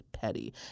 petty